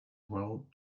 world